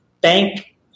bank